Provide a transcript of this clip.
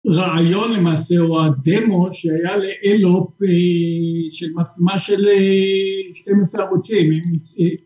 רעיון למעשה או הדמו שהיה לאלו מעוצמה של 12 ערוצים